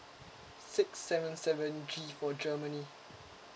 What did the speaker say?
six seven seven G for germany